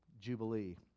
jubilee